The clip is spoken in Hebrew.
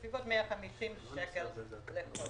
כלומר בסביבות 150 שקל לחודש.